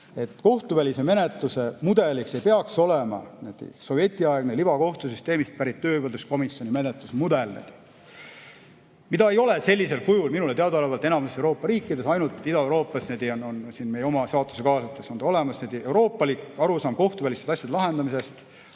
Kohtuvälise menetluse mudeliks ei peaks olema sovetiaegne libakohtusüsteemist pärit töövaidluskomisjoni menetlusmudel, mida ei ole sellisel kujul minule teadaolevalt enamikus Euroopa riikides, ainult Ida-Euroopas meie oma saatusekaaslastel on see olemas. Euroopalik arusaam kohtuvälisest asjade lahendamisest